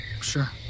Sure